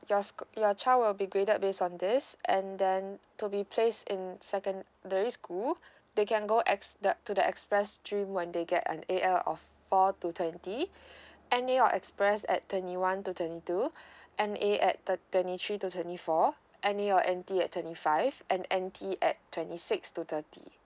your your child will be graded based on this and then to be placed in secondary school they can go ex~ up to the express stream when they get an A L of four to twenty any or express at twenty one to twenty two and A at a twenty three to twenty four any or N_T at twenty five and N_T at twenty six to thirty.